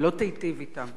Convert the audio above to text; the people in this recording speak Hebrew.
ולא תיטיב אתם,